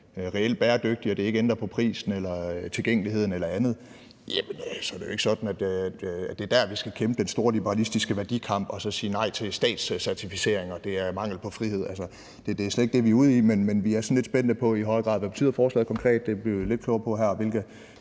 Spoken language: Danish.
reelt bæredygtige, og det ikke ændrer på prisen eller tilgængeligheden eller andet, så er det jo ikke sådan, at det er der, vi skal kæmpe den store liberalistiske værdikamp og så sige nej til statscertificering, og at det er mangel på frihed. Det er slet ikke det, vi er ude i. Vi er i højere grad sådan lidt grad spændte på, hvad forslaget konkret betyder – det blev vi lidt klogere på her – og hvilke